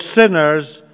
sinners